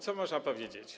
Co tu można powiedzieć?